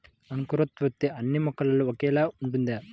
అంకురోత్పత్తి అన్నీ మొక్కలో ఒకేలా ఉంటుందా?